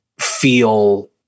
feel